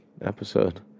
episode